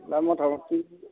दा मथा मथि